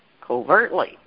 covertly